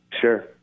Sure